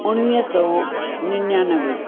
उणिवीह सौ निनयानवे